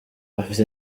afite